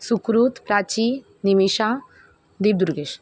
Sukrut Prachi Nimisha Deep Durgesh